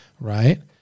Right